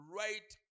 right